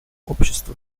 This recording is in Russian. обществу